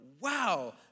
Wow